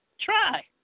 Try